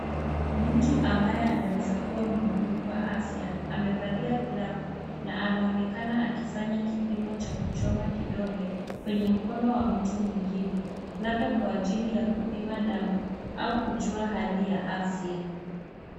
Mtu ambaye anaweza kuwa mhudumu wa afya amevalia glavu na anaonekana akifanya kipimo cha kuchoma kidole kwenye mkono wa mtu mwingine, labda kwa ajili ya kupima damu au kujua hali ya afya.